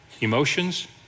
Emotions